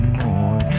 more